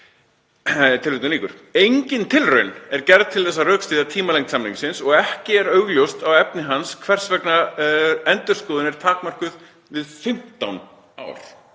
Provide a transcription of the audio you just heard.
um fjármálaráðherra. Engin tilraun er gerð til þess að rökstyðja tímalengd samningsins og ekki er augljóst á efni hans hvers vegna endurskoðun er takmörkuð til 15 ára